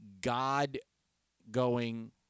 God-going